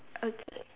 okay